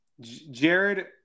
Jared